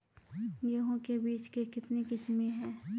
गेहूँ के बीज के कितने किसमें है?